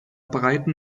breiten